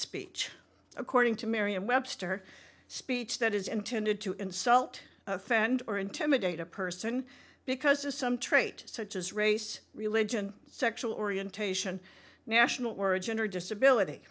speech according to merriam webster speech that is intended to insult offend or intimidate a person because of some trait such as race religion sexual orientation national origin or disability